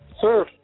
Sir